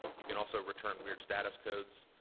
you can also return weird status codes.